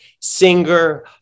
singer